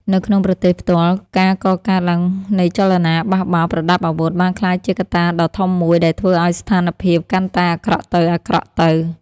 នៅក្នុងប្រទេសផ្ទាល់ ការកកើតឡើងនៃចលនាបះបោរប្រដាប់អាវុធ បានក្លាយជាកត្តាដ៏ធំមួយដែលធ្វើឱ្យស្ថានភាពកាន់តែអាក្រក់ទៅៗ។